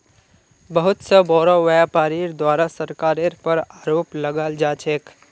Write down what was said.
बहुत स बोरो व्यापीरीर द्वारे सरकारेर पर आरोप लगाल जा छेक